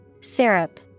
Syrup